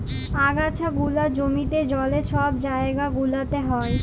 আগাছা গুলা জমিতে, জলে, ছব জাইগা গুলাতে হ্যয়